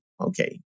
okay